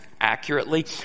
accurately